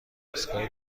ایستگاه